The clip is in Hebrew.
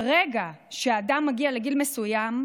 ברגע שאדם מגיע לגיל מסוים,